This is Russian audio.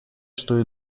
что